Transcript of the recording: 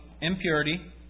impurity